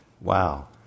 Wow